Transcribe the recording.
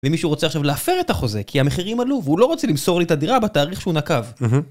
ואם מישהו רוצה עכשיו להפר את החוזה כי המחירים עלו והוא לא רוצה למסור לי את הדירה בתאריך שהוא נקב